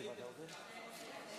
חובת הודעה ללקוח טרם סירוב שיק),